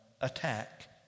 attack